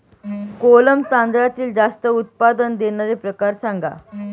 कोलम तांदळातील जास्त उत्पादन देणारे प्रकार सांगा